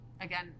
again